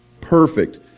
Perfect